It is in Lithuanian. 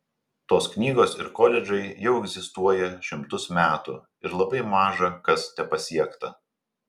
tos knygos ir koledžai jau egzistuoja šimtus metų ir labai maža kas tepasiekta